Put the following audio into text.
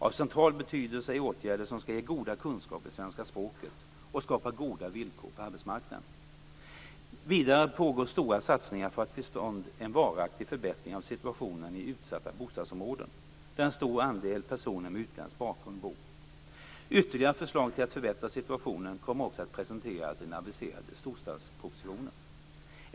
Av central betydelse är åtgärder som skall ge goda kunskaper i svenska språket och skapa goda villkor på arbetsmarknaden. Vidare pågår stora satsningar för att få till stånd en varaktig förbättring av situationen i utsatta bostadsområden, där en stor andel personer med utländsk bakgrund bor. Ytterligare förslag till att förbättra situationen kommer också att presenteras i den aviserade storstadspropositionen.